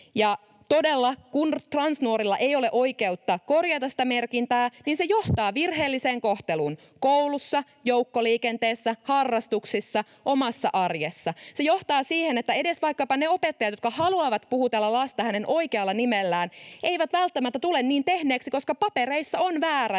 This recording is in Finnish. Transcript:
kun transnuorilla ei ole oikeutta korjata sitä merkintää, niin se johtaa virheelliseen kohteluun koulussa, joukkoliikenteessä, harrastuksissa, omassa arjessa. Se johtaa vaikkapa siihen, että edes ne opettajat, jotka haluavat puhutella lasta hänen oikealla nimellään, eivät välttämättä tule niin tehneeksi, koska papereissa on väärä